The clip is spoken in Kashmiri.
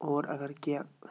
اور اگر کینٛہہ